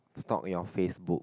stalk your FaceBook